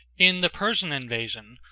in the persian invasion,